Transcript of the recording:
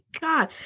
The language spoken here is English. God